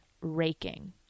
raking